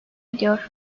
ediyor